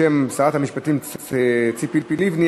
בשם שרת המשפטים ציפי לבני,